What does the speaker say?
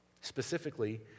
Specifically